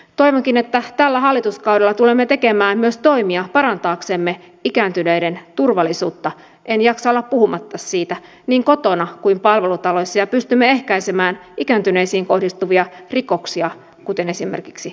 toivonkin että tällä hallituskaudella tulemme tekemään myös toimia parantaaksemme ikääntyneiden turvallisuutta en jaksa olla puhumatta siitä niin kotona kuin palvelutaloissakin ja pystymme ehkäisemään ikääntyneisiin kohdistuvia rikoksia kuten esimerkiksi varkauksia